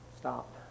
stop